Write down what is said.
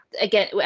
Again